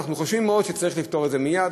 ואנחנו חושבים באמת שצריך לפתור את זה מייד.